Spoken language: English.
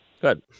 Good